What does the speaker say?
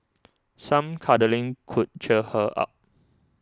some cuddling could cheer her up